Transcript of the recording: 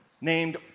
named